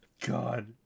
God